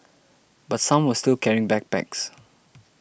but some were still carrying backpacks